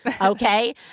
Okay